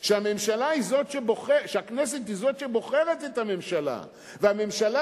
כי הכנסת היא זאת שבוחרת את הממשלה והממשלה